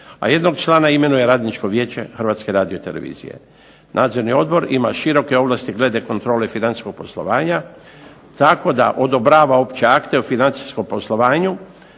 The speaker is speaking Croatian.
a jednog člana imenuje radničko vijeće Hrvatske radiotelevizije. Nadzorni odbor ima široke ovlasti glede kontrole financijskog poslovanja, tako da odobrava opće akte o financijskom poslovanju